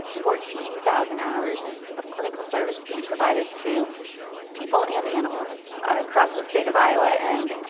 fourteen thousand hours of clinical service being provided to people and animals across the state of iowa and